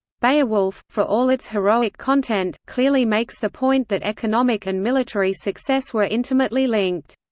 beowulf, for all its heroic content, clearly makes the point that economic and military success were intimately linked.